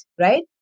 right